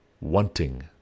wanting